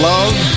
Love